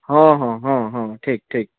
ହଁ ହଁ ହଁ ହଁ ଠିକ୍ ଠିକ୍